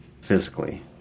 physically